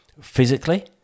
physically